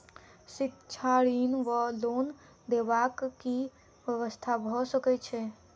शिक्षा ऋण वा लोन देबाक की व्यवस्था भऽ सकै छै?